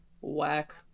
Whack